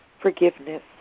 forgiveness